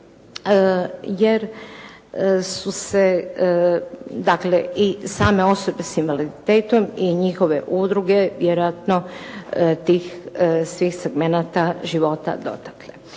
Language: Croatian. se, dakle i same osobe s invaliditetom i njihove udruge vjerojatno tih svih segmenata života dotakle.